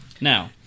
Now